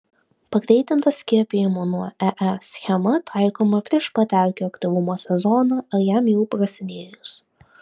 pagreitinta skiepijimų nuo ee schema taikoma prieš pat erkių aktyvumo sezoną ar jam jau prasidėjus